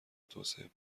توسعه